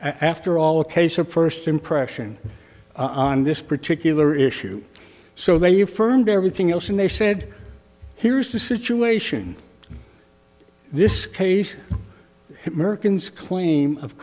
after all a case of first impression on this particular issue so they affirmed everything else and they said here's the situation this case merkins claim of